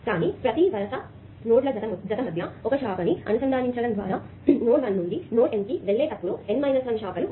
కాబట్టి ప్రతి వరుస నోడ్ల జత మధ్య ఒక శాఖను అనుసంధానించటం ద్వారా నోడ్ 1 నుండి నోడ్ N కి వెళ్ళేటప్పుడు N 1 శాఖలు ఉంటాయి